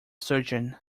surgeon